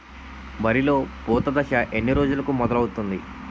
వరిలో పూత దశ ఎన్ని రోజులకు మొదలవుతుంది?